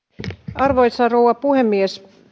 arvoisa rouva puhemies